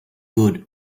good